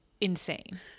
insane